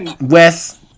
Wes